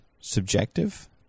subjective